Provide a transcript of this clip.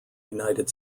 united